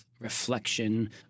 reflection